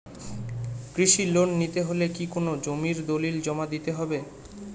কৃষি লোন নিতে হলে কি কোনো জমির দলিল জমা দিতে হবে?